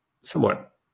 somewhat